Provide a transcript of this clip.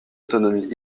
autonomie